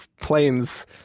planes